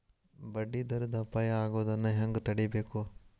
ಬಡ್ಡಿ ದರದ್ ಅಪಾಯಾ ಆಗೊದನ್ನ ಹೆಂಗ್ ತಡೇಬಕು?